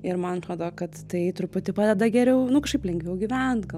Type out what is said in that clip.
ir man atrodo kad tai truputį padeda geriau nu kažkaip lengviau gyvent